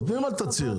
חותמים על תצהיר.